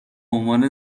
عنوان